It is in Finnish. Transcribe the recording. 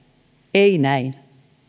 ei näin